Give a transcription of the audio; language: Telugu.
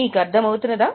మీకు అర్థం అవుతున్నదా